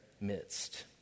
midst